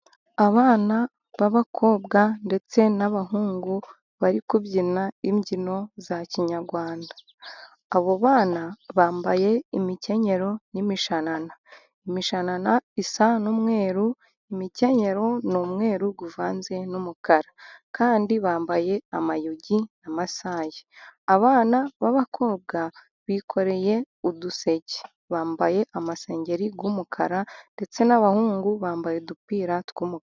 Abana b'abakobwa ndetse n'abahungu bari kubyina imbyino za kinyarwanda. Abo bana bambaye imikenyero n'imishanana. Imishanana isa n'umweru, imikenyero ni umweru uvanze n'umukara. Kandi bambaye amayugi na masayi. Abana b'abakobwa bikoreye uduseke, bambaye amasengeri y'umukara ndetse n'abahungu bambaye udupira tw'umukara.